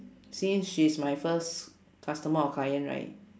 since she is my first customer or client right